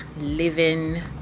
living